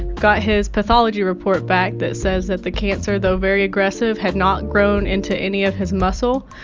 got his pathology report back that says that the cancer, though very aggressive, had not grown into any of his muscle,